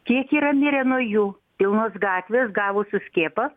kiek yra mirę nuo jų pilnos gatvės gavusių skiepą